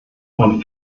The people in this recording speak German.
man